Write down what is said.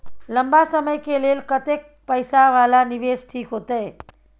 लंबा समय के लेल कतेक पैसा वाला निवेश ठीक होते?